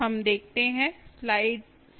हम देखते हैं